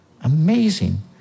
Amazing